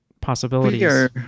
possibilities